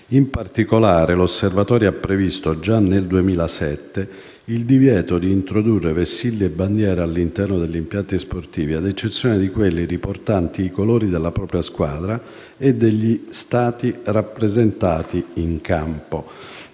In particolare, l'Osservatorio ha previsto, già dal 2007, il divieto di introdurre vessilli e bandiere all'interno degli impianti sportivi, ad eccezione di quelli riportanti i colori della propria squadra e degli Stati rappresentati in campo.